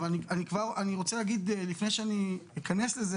אני רוצה להגיד לפני שאני אכנס לזה,